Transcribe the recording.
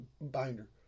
binder